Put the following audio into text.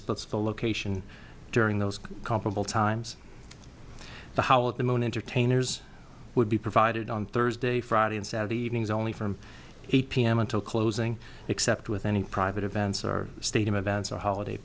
of the location during those comparable times the how of the moon entertainers would be provided on thursday friday and saturday evenings only from eight pm until closing except with any private events or state events or holiday